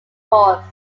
force